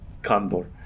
candor